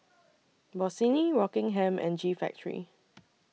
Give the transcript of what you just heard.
Bossini Rockingham and G Factory